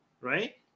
right